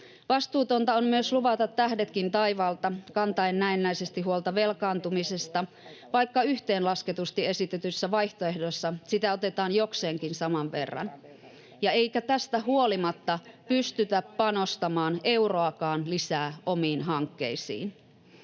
Vastuutonta on myös luvata tähdetkin taivaalta, kantaen näennäisesti huolta velkaantumisesta, vaikka yhteenlasketusti esitetyissä vaihtoehdoissa sitä otetaan jokseenkin saman verran eikä tästä huolimatta pystytä panostamaan euroakaan lisää omiin hankkeisiin.